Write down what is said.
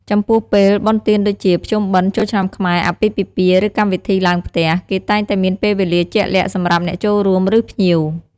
ចំំពោះពេល បុណ្យទានដូចជា ភ្ជុំបិណ្ឌ ចូលឆ្នាំខ្មែរ អាពាហ៍ពិពាហ៍ ឬ កម្មវិធីឡើងផ្ទះ គេតែងតែមានពេលវេលាជាក់លាក់សម្រាប់អ្នកចូលរួម ឬ ភ្ញៀវ។